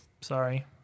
Sorry